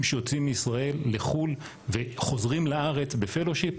שיוצאים מישראל לחו"ל וחוזרים לארץ בפלושיפ,